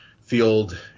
field